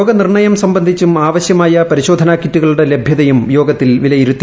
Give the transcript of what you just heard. രോഗനിർണയം സംബന്ധിച്ചും ആവശ്യമായ പരിശോധനാ കിറ്റുകളുടെ ലഭ്യതയും യോഗത്തിൽ വിലയിരുത്തി